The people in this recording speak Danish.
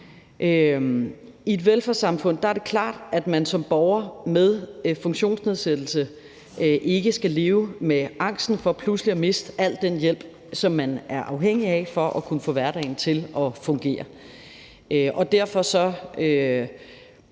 I et velfærdssamfund er det klart, at man som borger med funktionsnedsættelse ikke skal leve med angsten for pludselig at miste al den hjælp, som man er afhængig af for at kunne få hverdagen til at fungere.